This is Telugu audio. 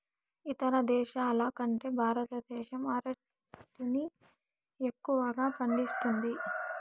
ఇతర దేశాల కంటే భారతదేశం అరటిని ఎక్కువగా పండిస్తుంది